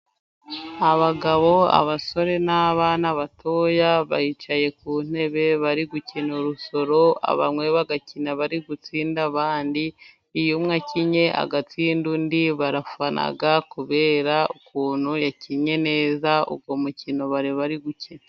Abagabo, abasore n'abana batoya bicaye ku ntebe bari gukina urusoro, bamwe bagakina bari gutsinda abandi. Iyo umwe akinnye agatsinda undi, barafana kubera ukuntu yakinnye neza. Uwo mukino bari bari gukina.